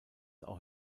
auch